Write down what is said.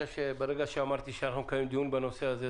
ברגע שאמרתי שאנחנו נקיים דיון בוועדה בנושא הזה,